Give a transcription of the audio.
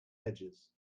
edges